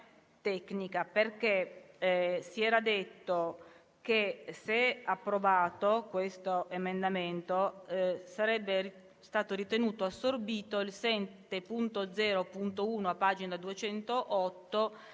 perché si era detto che, se approvato questo emendamento, sarebbe stato ritenuto assorbito il seguente,